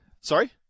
Sorry